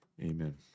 Amen